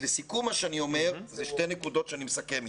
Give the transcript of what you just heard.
לסיכום, שתי נקודות שאני מסכם אתן: